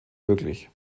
möglich